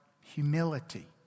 humility